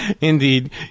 Indeed